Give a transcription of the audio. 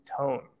tone